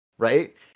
Right